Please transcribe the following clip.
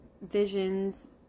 visions